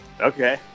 Okay